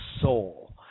soul